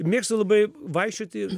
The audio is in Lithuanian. mėgstu labai vaikščioti